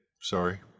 Sorry